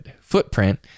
footprint